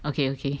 okay okay